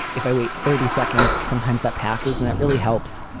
if i wait thirty seconds, sometimes that passes and that really helps.